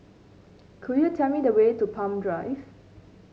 could you tell me the way to Palm Drive